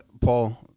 Paul